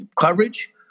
coverage